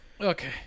Okay